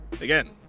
Again